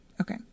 Okay